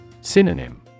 synonym